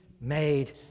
made